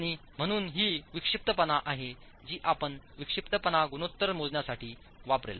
आणि म्हणून ही विक्षिप्तपणा आहे जी आपण विक्षिप्तपणा गुणोत्तर मोजण्यासाठी वापरेल